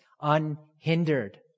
unhindered